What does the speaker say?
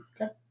Okay